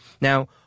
Now